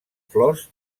flors